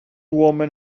woman